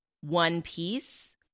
one-piece